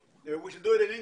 (תרגום חופשי מאנגלית): אנחנו נעשה את זה באנגלית,